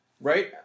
Right